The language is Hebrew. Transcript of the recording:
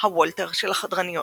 " הוולטר של החדרניות".